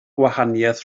gwahaniaeth